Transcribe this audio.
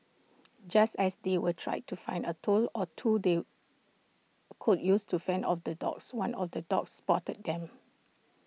just as they were trying to find A tool or two they could use to fend off the dogs one of the dogs spotted them